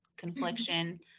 confliction